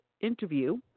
interview